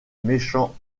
méchants